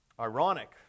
ironic